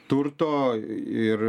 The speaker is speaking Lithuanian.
turto ir